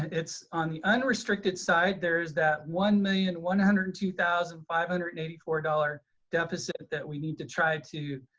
it's on the unrestricted side there is that one million one hundred and two thousand five hundred and eighty four dollars deficit that we need to try to